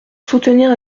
soutenir